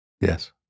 Yes